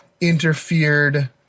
interfered